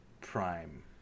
Prime